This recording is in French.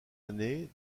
année